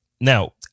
now